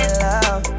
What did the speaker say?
love